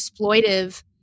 exploitive